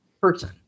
person